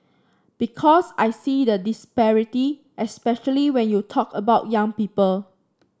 because I see the disparity especially when you talk about young people